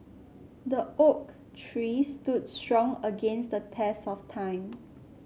the oak tree stood strong against the test of time